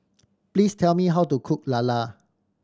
please tell me how to cook lala